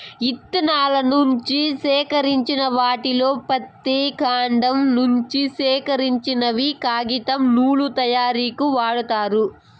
ఇత్తనాల నుంచి సేకరించిన వాటిలో పత్తి, కాండం నుంచి సేకరించినవి కాగితం, నూలు తయారీకు వాడతారు